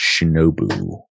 Shinobu